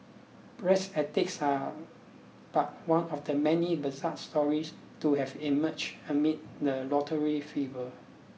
Bragg's Antics are but one of the many bizarre stories to have emerged amid the lottery fever